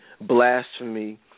blasphemy